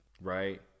right